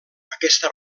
aquesta